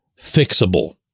fixable